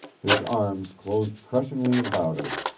his arms closed crushingly about her.